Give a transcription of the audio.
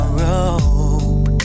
rope